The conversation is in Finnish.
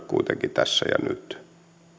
kuitenkin problematisoida tässä ja nyt